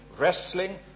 wrestling